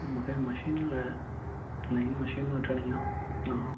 मूंखे मशीन लाइ नईं मशीन वठणी आहे हा